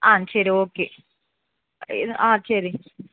ஆ சரி ஓகே ஆ சரி